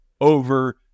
over